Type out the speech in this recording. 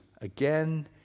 again